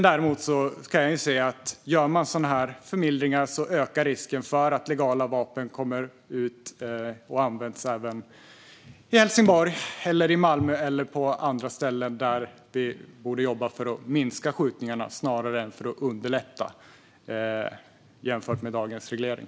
Däremot kan jag se att om förmildringar görs ökar risken för att legala vapen kommer ut och används även i Helsingborg, Malmö eller på andra ställen där vi borde jobba för att minska skjutningarna snarare än att underlätta jämfört med dagens reglering.